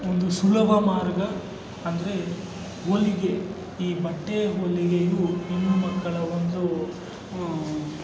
ಒಂದು ಸುಲಭ ಮಾರ್ಗ ಅಂದರೆ ಹೊಲಿಗೆ ಈ ಬಟ್ಟೆಯ ಹೊಲಿಗೆಯು ಹೆಣ್ಣುಮಕ್ಕಳ ಒಂದು